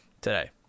today